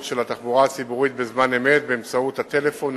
של התחבורה הציבורית בזמן אמת באמצעות הטלפון,